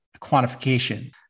quantification